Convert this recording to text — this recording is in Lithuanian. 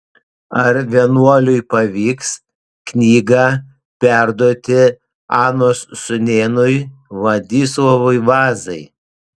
ar vienuoliui pavyks knygą perduoti anos sūnėnui vladislovui vazai